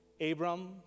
Abram